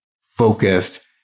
focused